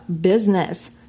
business